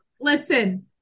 listen